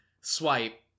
swipe